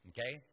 Okay